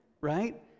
right